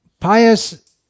Pious